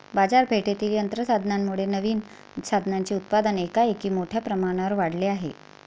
बाजारपेठेतील यंत्र साधनांमुळे नवीन साधनांचे उत्पादन एकाएकी मोठ्या प्रमाणावर वाढले आहे